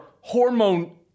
hormone